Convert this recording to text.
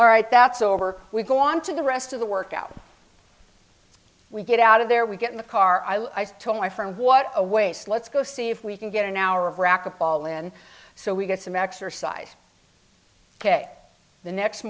all right that's over we go on to the rest of the workout we get out of there we get in the car i'm told my friend what a waste let's go see if we can get an hour of racquetball in so we get some exercise ok the next